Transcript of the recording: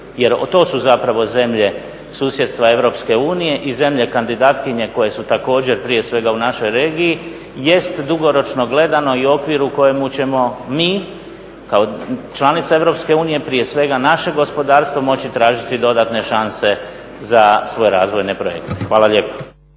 jer to su zapravo zemlje susjedstva EU i zemlje kandidatkinje koje su također prije svega u našoj regiji, jest dugoročno gledano i u okviru u kojemu ćemo mi kao članica EU, prije svega naše gospodarstvo moći tražiti dodatne šanse za svoje razvojne projekte. Hvala lijepo.